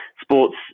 sports